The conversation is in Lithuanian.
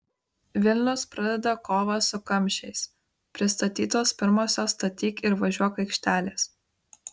vilnius pradeda kovą su kamščiais pristatytos pirmosios statyk ir važiuok aikštelės